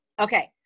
Okay